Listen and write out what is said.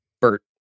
Bert